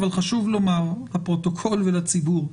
אבל חשוב לומר לפרוטוקול ולציבור,